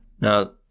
Now